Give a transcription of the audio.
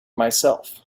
myself